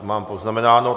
Mám to poznamenáno.